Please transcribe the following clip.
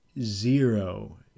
Zero